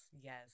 Yes